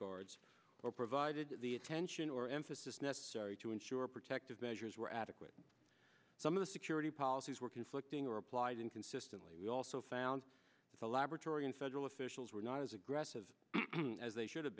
guards or provided the attention or emphasis necessary to ensure protective measures were adequate some of the security policies were conflicting replies and consistently we also found the laboratory and federal officials were not as aggressive as they should have